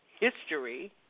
history